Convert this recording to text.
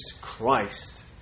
Christ